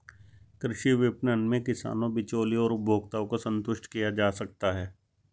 कृषि विपणन में किसानों, बिचौलियों और उपभोक्ताओं को संतुष्ट किया जा सकता है